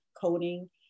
coding